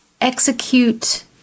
execute